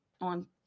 on